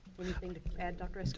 anything to add dr. so